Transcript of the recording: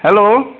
hello